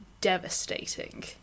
devastating